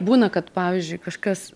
būna kad pavyzdžiui kažkas